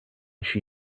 she